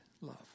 love